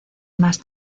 más